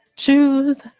choose